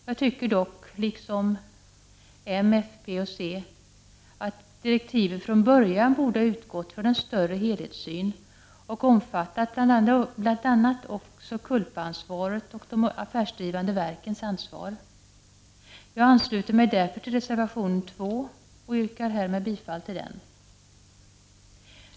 Jag tycker dock liksom m, fp och c att direktiven från början borde ha utgått från en större helhetssyn och omfattat bl.a. också culpa-ansvaret och de affärsdrivande verkens ansvar. Jag ansluter mig därför till reservation 2 och yrkar härmed bifall till den.